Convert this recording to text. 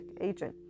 agent